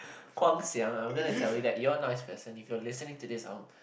Guang-Xiang I'm gonna tell you that you're a nice person if you are listening to this I'll